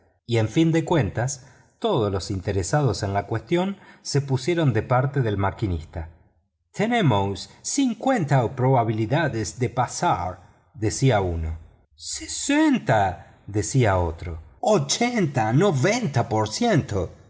y en fin de cuentas todos los interesados en la cuestión se pusieron de parte del maquinista tenemos cincuenta probabilidades de pasar decía otro sesenta decía otro ochenta noventa por ciento